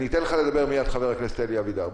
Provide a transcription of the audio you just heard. אתן לך לדבר מייד, חבר הכנסת אלי אבידר.